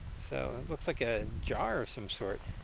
so looks like a jar of some sort.